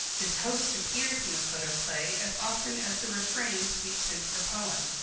this host appears in the photoplay as often as the refrain sweeps into the poem.